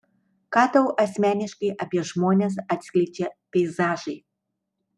ką tau asmeniškai apie žmones atskleidžia peizažai